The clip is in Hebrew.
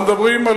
אנחנו מדברים על